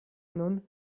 nun